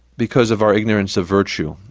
because of our ignorance of virtue,